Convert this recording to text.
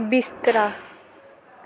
बिस्तरा